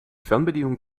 fernbedienung